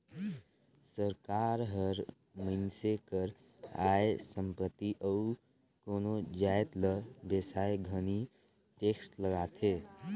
सरकार हर मइनसे कर आय, संपत्ति अउ कोनो जाएत ल बेसाए घनी टेक्स लगाथे